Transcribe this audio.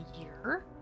year